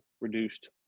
reduced